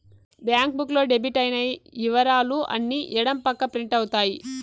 bank book లో debit అయిన ఇవరాలు అన్ని ఎడం పక్క ప్రింట్ అవుతాయి